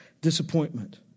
disappointment